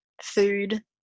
food